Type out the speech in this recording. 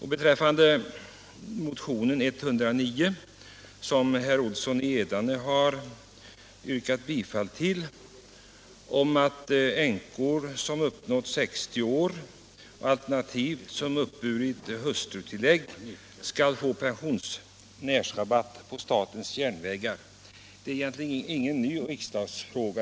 Herr Olsson i Edane har yrkat bifall till motionen 109, vari föreslås att änkor som uppnått 60 år, alternativt som uppburit hustrutillägg, skall få pensionärsrabatt på statens järnvägar. Detta är egentligen ingen ny riksdagsfråga.